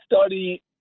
study